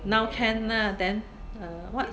now can ah then uh what